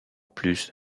plus